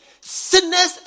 sinners